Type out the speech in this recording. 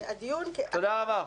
תודה רבה,